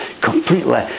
completely